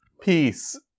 Peace